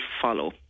follow